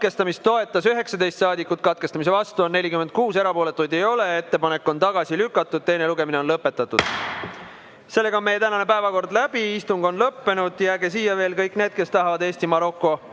Katkestamist toetas 19 saadikut, katkestamise vastu on 46, erapooletuid ei ole. Ettepanek on tagasi lükatud. Teine lugemine on lõpetatud. Meie tänane päevakord on läbi. Istung on lõppenud. Jääge siia veel kõik need, kes tahavad Eesti‑Maroko